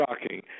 shocking